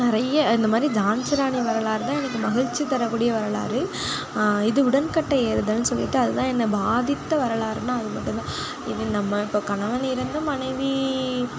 நிறைய இந்த மாதிரி ஜான்சி ராணி வரலாறு தான் எனக்கு மகிழ்ச்சி தரக்கூடிய வரலாறு இது உடன்கட்டை ஏறுதல் சொல்லிவிட்டு அது தான் என்னை பாதித்த வரலாறுன்னா அது மட்டும்தான் இது நம்ம இப்போ கணவன் இறந்ததும் மனைவி